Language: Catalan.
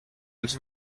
els